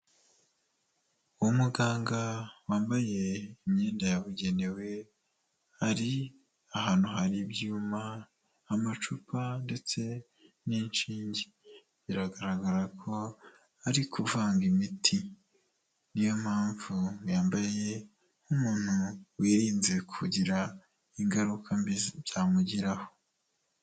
Umuganga wambaye imyenda yabugenewe, hari ahantu hari ibyuma, amacupa ndetse n'inshinge; biragaragara ko ari kuvanga imiti. Niyo mpamvu yambaye nk'umuntu wirinze kugira ngo yirinde ingaruka mbi byamugiraho.